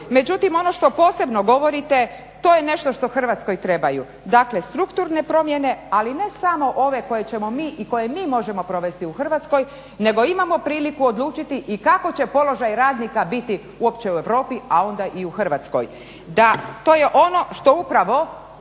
Međutim, ono što posebno govorite to je nešto što Hrvatskoj trebaju, dakle strukturne promjene ali ne samo ove koje ćemo mi i koje mi možemo provesti u Hrvatskoj nego imamo priliku odlučiti i kako će položaj radnika biti uopće u Europi a onda i u Hrvatskoj. Da, to je ono što upravo